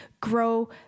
grow